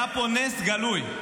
היה פה נס גלוי.